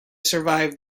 survived